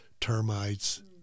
termites